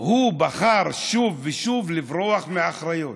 הוא בחר שוב ושוב לברוח מאחריות.